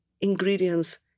ingredients